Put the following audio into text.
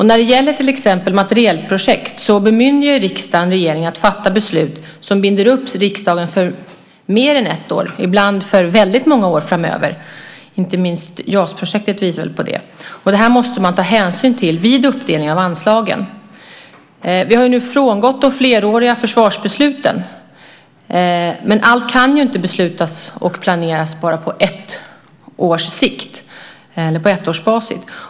När det gäller till exempel materielprojekt bemyndigar ju riksdagen regeringen att fatta beslut som binder upp riksdagen för mer än ett år, ibland för väldigt många år framöver. Inte minst JAS-projektet visar väl på det. Det här måste man ta hänsyn till vid uppdelning av anslagen. Vi har nu frångått de fleråriga försvarsbesluten, men allt kan ju inte beslutas och planeras bara på ettårsbasis.